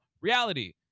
reality